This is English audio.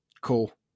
Cool